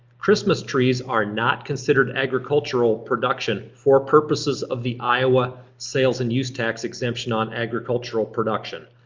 christmas trees are not considered agricultural production for purposes of the iowa sales and use tax exemption on agricultural production.